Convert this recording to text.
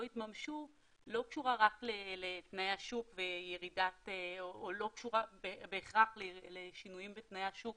התממשו לא קשורה רק לתנאי השוק או לא קשורה בהכרח לשינויים בתנאי השוק